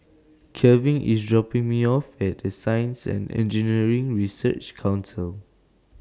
Kelvin IS dropping Me off At The Science and Engineering Research Council